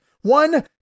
One